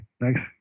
Nice